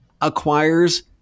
acquires